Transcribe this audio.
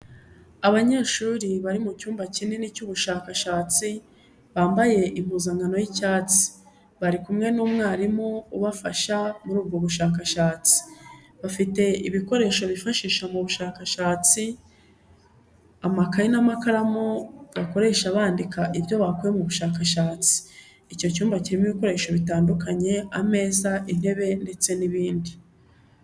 Abanyeshuri bari mu cyumba kinini cy'ubushakashatsi bambaye impuzankano y'icyatsi, bari kumwe n'umwarimu ubafasha muri ubwo bushakashatsi, bafite ibikoresho bifashisha mu bushakashatsi, amakaye n'amakaramu bakoresha bandika ibyo bakuye mu bushakashatsi, icyo cyumba kirimo ibikoresho bitandukanye: ameza, intebe ndetse n'ibindi.